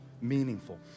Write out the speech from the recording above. meaningful